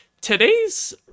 today's